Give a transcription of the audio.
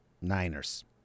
Niners